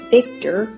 Victor